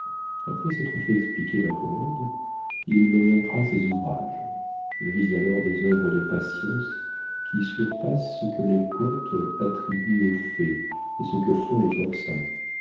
après s'être fait expliquer ma commande il me montra ses ouvrages je vis alors des œuvres de patience qui surpassent ce que les contes attribuent aux fées et ce que font les forçats